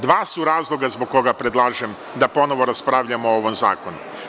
Dva su razloga zbog koga predlažem da ponovo raspravljamo o ovom zakonu.